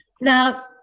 Now